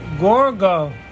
Gorgo